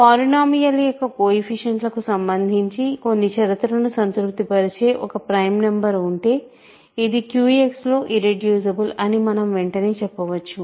polynomial యొక్క కొయెఫిషియంట్లకు సంబంధించి కొన్ని షరతులను సంతృప్తిపరిచే ఒక ప్రైమ్ నంబర్ ఉంటే ఇది QX లో ఇర్రెడ్యూసిబుల్ అని మనము వెంటనే చెప్పవచ్చు